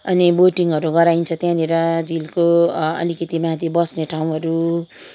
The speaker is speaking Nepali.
अनि बोटिङहरू गराइन्छ त्यहाँनिर झिलको अलिकति माथि बस्ने ठाउँहरू